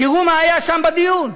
תראו מה היה שם, בדיון.